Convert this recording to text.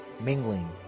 mingling